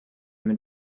mit